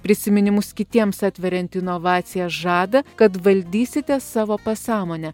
prisiminimus kitiems atverianti inovacija žada kad valdysite savo pasąmonę